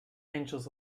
angels